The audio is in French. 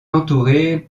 entouré